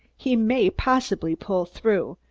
he may possibly pull through,